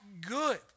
good